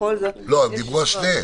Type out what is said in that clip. הם דיברו על שניהם.